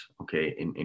okay